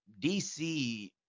DC